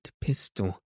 pistol